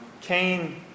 Cain